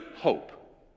hope